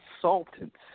consultants